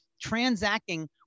transacting